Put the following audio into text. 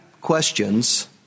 questions